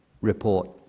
report